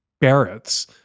Barrett's